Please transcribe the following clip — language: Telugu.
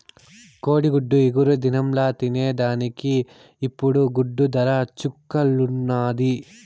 కోడిగుడ్డు ఇగురు దినంల తినేదానికి ఇప్పుడు గుడ్డు దర చుక్కల్లున్నాది